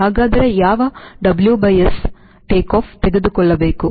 ಹಾಗಾದರೆ ಯಾವ WS takeoff ತೆಗೆದುಕೊಳ್ಳಬೇಕು